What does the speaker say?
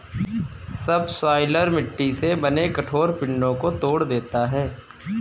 subsoiler मिट्टी से बने कठोर पिंडो को तोड़ देता है